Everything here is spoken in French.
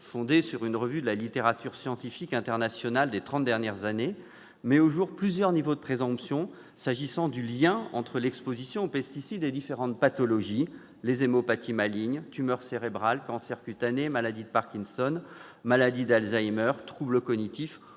fondée sur une revue de la littérature scientifique internationale publiée au cours des trente dernières années, met au jour plusieurs niveaux de présomption s'agissant du lien entre l'exposition aux pesticides et différentes pathologies : hémopathies malignes, tumeurs cérébrales, cancers cutanés, maladie de Parkinson, maladie d'Alzheimer, troubles cognitifs